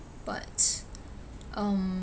but um